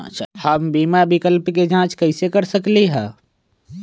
हम बीमा विकल्प के जाँच कैसे कर सकली ह?